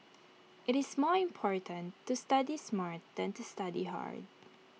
IT is more important to study smart than to study hard